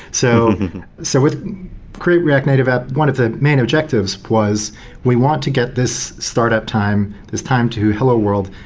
so so with create react native app, one of the main objectives was we want to get this startup time, this time to hello world,